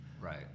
Right